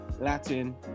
latin